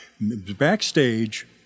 Backstage